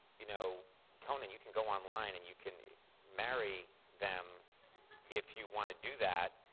you know conan you can go online and you can marry them if you want to do that.